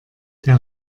der